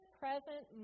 present